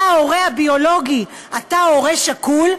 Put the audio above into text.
אתה, ההורה הביולוגי, אתה הורה שכול,